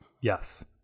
Yes